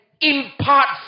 impart